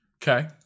Okay